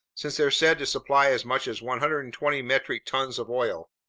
since they're said to supply as much as one hundred and twenty metric tons of oil.